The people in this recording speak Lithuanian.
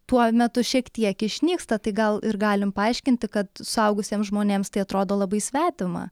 tuo metu šiek tiek išnyksta tai gal ir galim paaiškinti kad suaugusiems žmonėms tai atrodo labai svetima